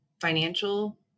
financial